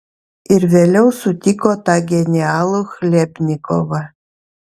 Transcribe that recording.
ir vėliau sutiko tą genialų chlebnikovą